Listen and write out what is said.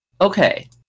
Okay